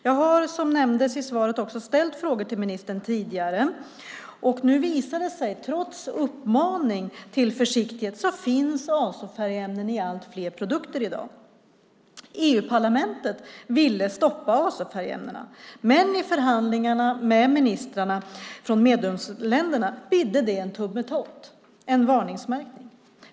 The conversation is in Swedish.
Jag har som nämndes i svaret ställt frågor till ministern tidigare. Nu visar det sig, trots uppmaning till försiktighet, att det finns azofärgämnen i allt fler produkter i dag. EU-parlamentet ville stoppa azofärgämnena. Men i förhandlingarna med ministrarna från medlemsländerna bidde det en tummetott: en varningsmärkning.